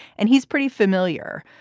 and he's pretty familiar.